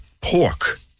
pork